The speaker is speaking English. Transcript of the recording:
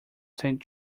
saint